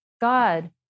God